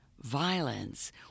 violence